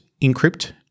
encrypt